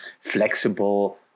flexible